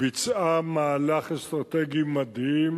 ביצעה מהלך אסטרטגי מדהים